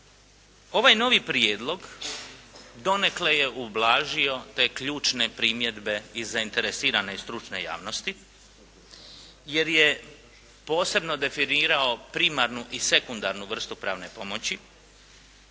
Ovaj novi prijedlog donekle je ublažio te ključne primjedbe i zainteresirane stručne javnosti jer je posebno definirao primarnu i sekundarnu vrstu pravne pomoći.